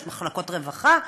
יש מחלקות רווחה,